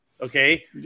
Okay